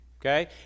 Okay